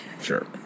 Sure